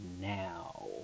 now